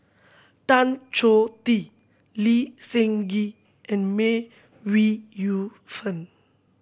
Tan Choh Tee Lee Seng Gee and May Ooi Yu Fen